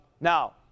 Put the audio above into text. Now